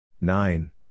Nine